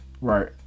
Right